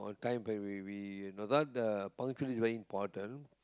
time where we we we no doubt the punctuality is very important